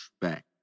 back